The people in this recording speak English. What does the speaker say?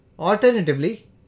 Alternatively